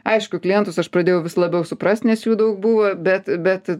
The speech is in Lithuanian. aišku klientus aš pradėjau vis labiau suprast nes jų daug buvo bet bet